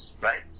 right